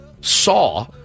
saw